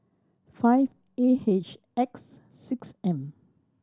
five A H X six M